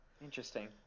interesting